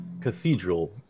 cathedral